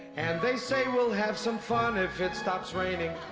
and they say we'll have some fun if it stops raining